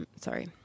Sorry